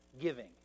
giving